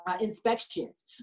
inspections